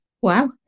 Wow